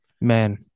man